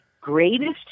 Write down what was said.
greatest